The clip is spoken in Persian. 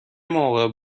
موقع